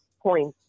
points